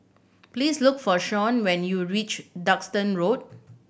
please look for Shon when you reach Duxton Road